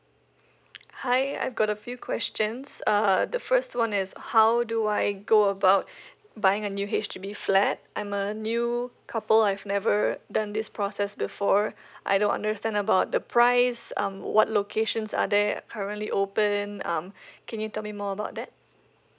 hi I've got a few questions uh the first one is how do I go about buying a new H_D_B flat I'm a new couple I've never done this process before I don't understand about the price um what locations are there currently open um can you tell me more about that